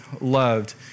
loved